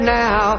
now